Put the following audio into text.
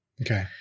Okay